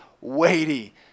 weighty